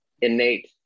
innate